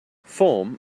form